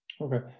Okay